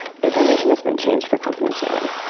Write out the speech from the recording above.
information has been changed for confidentiality.